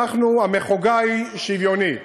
המחוגה היא שוויונית.